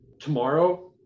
tomorrow